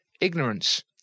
ignorance